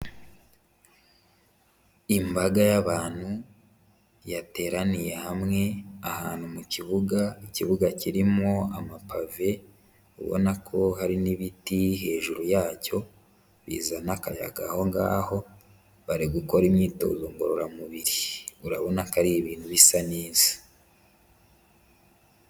Imbaga y'abantu yateraniye hamwe ahantu mu kibuga, ikibuga kirimo amapave ubona ko harimo n'ibiti hejuru yacyo bizana akayaga aho ngaho, bari gukora imyitozo ngororamubiri. Urabona ko ari ibintu bisa neza.